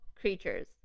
creatures